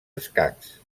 escacs